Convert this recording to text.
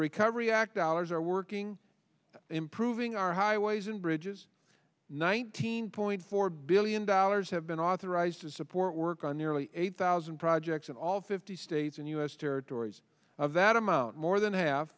recovery act dollars are working improving our highways and bridges nineteen point four billion dollars have been authorized to support work on the early eight thousand projects in all fifty states and u s territories of that amount more than half